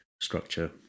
structure